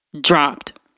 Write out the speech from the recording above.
dropped